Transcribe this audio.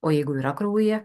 o jeigu yra kraujyje